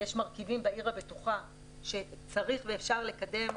יש מרכיבים בעיר הבטוחה שצריך ואפשר לקדם,